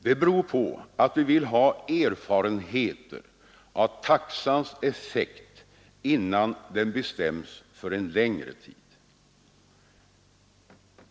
Det beror på att vi vill ha erfarenheter av taxans effekt innan den bestäms för längre tid.